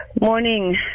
Morning